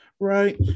right